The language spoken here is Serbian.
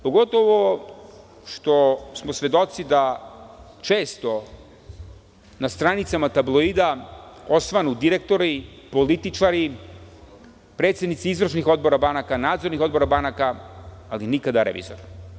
Pogotovo što smo svedoci da često na stranicama tabloida osvanu direktori, političari, predsednici izvršnih odbora banaka, nadzornih odbora banaka, ali nikada revizor.